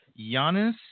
Giannis